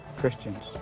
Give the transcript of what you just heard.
Christians